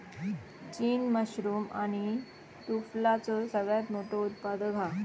चीन मशरूम आणि टुफलाचो सगळ्यात मोठो उत्पादक हा